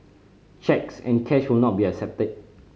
cheques and cash will not be accepted